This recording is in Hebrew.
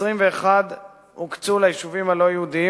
21 הוקצו ליישובים הלא-יהודיים,